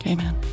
Amen